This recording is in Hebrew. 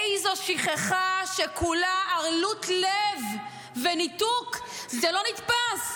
איזו שכחה, שכולה ערלות לב וניתוק, זה לא נתפס.